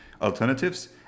alternatives